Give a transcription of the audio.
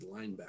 linebacker